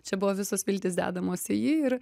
čia buvo visos viltys dedamos į jį ir